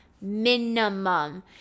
minimum